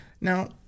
Now